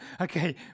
Okay